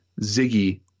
Ziggy